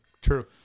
True